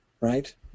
Right